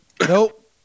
Nope